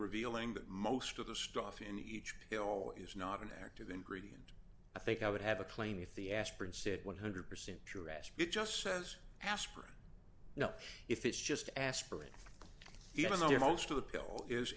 revealing that most of the stuff in each pill is not an active ingredient i think i would have a claim if the aspirin said one hundred percent sure as it just says aspirin no if it's just aspirin even though most of the pill is